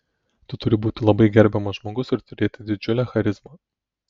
tu turi būti labai gerbiamas žmogus ir turėti didžiulę charizmą